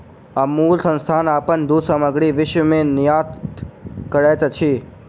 अमूल संस्थान अपन दूध सामग्री विश्व में निर्यात करैत अछि